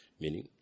meaning